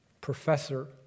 professor